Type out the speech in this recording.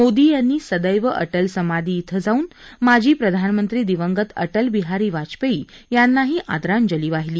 मोदी यांनी सदैव अटल समाधी इथं जाऊन माजी प्रधानमंत्री दिवंगत अटलबिहारी वाजपेयी यांनाही आदरांजली वाहिली